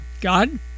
God